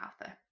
Arthur